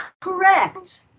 correct